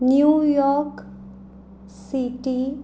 New York city